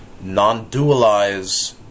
non-dualize